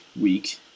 week